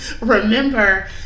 remember